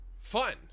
fun